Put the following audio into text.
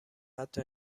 حتی